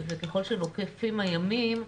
וככל שנוקפים הימים,